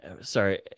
sorry